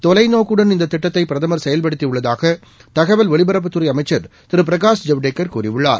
தொலைநோக்குடன் இந்த திட்டத்தை பிரதமர் செயல்படுத்தி உள்ளதாக தகவல் ஒலிபரப்புத்துறை அமைச்சர் திரு பிரகாஷ் ஜவடேக்கர் கூறியுள்ளார்